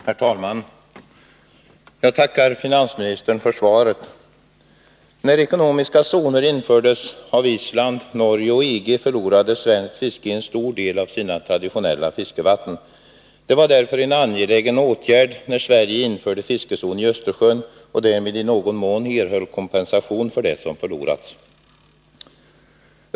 Herr talman! Jag tackar finansministern för svaret. När ekonomiska zoner infördes av Island, Norge och EG förlorade det svenska fisket en stor del av sina traditionella fiskevatten. Det var därför en angelägen åtgärd som vidtogs då Sverige införde fiskezonen i Östersjön och därmed i någon mån erhöll kompensation för det som förlorats.